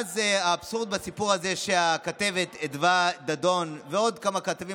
האבסורד בסיפור הזה הוא שהכתבת אדוה דדון ועוד כמה כתבים